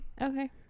Okay